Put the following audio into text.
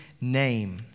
name